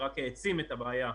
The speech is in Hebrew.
שרק העצים את הבעיה,